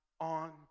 on